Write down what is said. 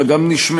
אלא גם נשמעה,